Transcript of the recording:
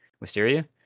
Mysteria